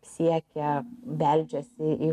siekia beldžiasi į